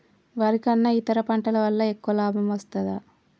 వరి కన్నా ఇతర పంటల వల్ల ఎక్కువ లాభం వస్తదా?